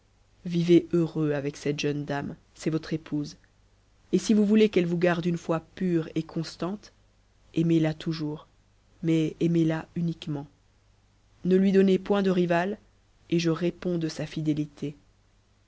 vivez heureux avec cette jeune dame c'est votre épouse et si vous voulez qu'elle vous garde une foi pure et constante aimez-la toujours mais aimez-la uniquement ne lui donnez point de rivale et je réponds de sa fidélité